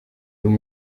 buri